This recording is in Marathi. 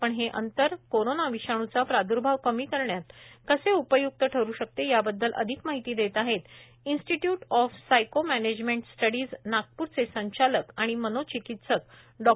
पण हे अंतर कोरोना विषाणूचा प्रादर्भाव कमी करण्यात कसे उपयूक्त ठरु शकते याबददल अधिक माहिती देत आहेत institute of psycho management studies नागपूरचे संचालक आणि मनोचिकित्सक डॉ